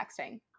texting